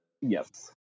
Yes